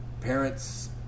Parents